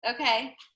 okay